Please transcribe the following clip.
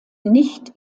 nicht